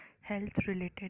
health-related